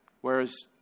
Whereas